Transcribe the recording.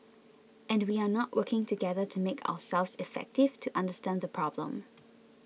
and we are not working together to make ourselves effective to understand the problem